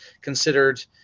considered